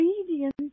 radiant